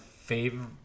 favorite